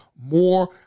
more